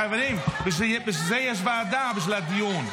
חברים, בשביל זה יש ועדה, בשביל הדיון.